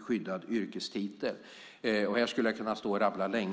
skyddad yrkestitel. Här skulle jag kunna stå och rabbla länge.